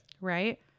Right